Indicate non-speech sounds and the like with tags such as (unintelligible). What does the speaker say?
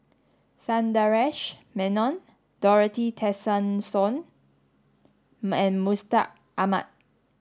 Sundaresh Menon Dorothy Tessensohn (unintelligible) and Mustaq Ahmad